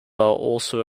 also